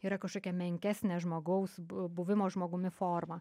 yra kažkokia menkesnė žmogaus bu buvimo žmogumi forma